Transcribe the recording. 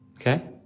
Okay